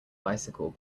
bicycle